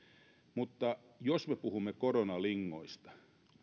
mutta jos me puhumme koronalingoista